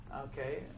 Okay